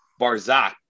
Barzak